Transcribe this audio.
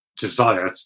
desire